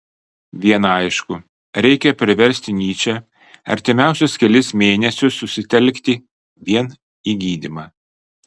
viena aišku reikia priversti nyčę artimiausius kelis mėnesius susitelkti vien į gydymą